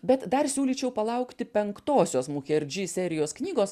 bet dar siūlyčiau palaukti penktosios mucherdžy serijos knygos